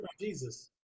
Jesus